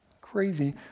Crazy